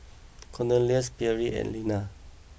Cornelius Pierre and Linna